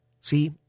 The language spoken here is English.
See